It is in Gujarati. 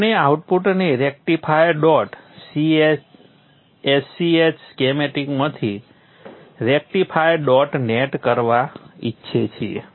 આપણે આઉટપુટને rectifier dot s c h સ્કીમેટિકમાંથી રેક્ટિફાયર ડોટ નેટ કરવા ઈચ્છીએ છીએ